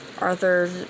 Arthur